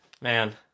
Man